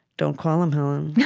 don't call him, helen. yeah